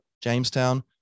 jamestown